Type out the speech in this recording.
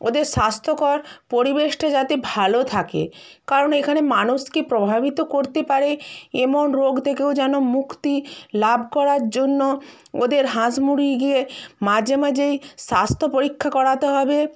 ওদের স্বাস্থ্যকর পরিবেশটা যাতে ভালো থাকে কারণ এখানে মানুষকে প্রভাবিত করতে পারে এমন রোগ থেকেও যেন মুক্তি লাভ করার জন্য ওদের হাঁস মুরগিকে মাঝে মাঝেই স্বাস্থ্য পরীক্ষা করাতে হবে